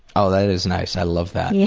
ah, that is nice. i love that. yeah